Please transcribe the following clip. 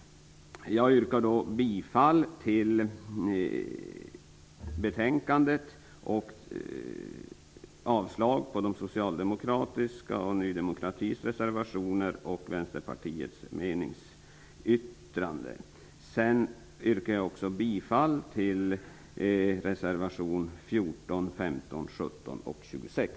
Jag yrkar bifall till hemställan i betänkandet och avslag på Socialdemokraternas och Ny demokratis reservationer samt Vänsterpartiets meningsyttring. Jag yrkar också bifall till reservation 14, 15, 17 och 26.